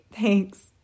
thanks